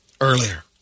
Earlier